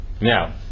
Now